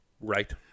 Right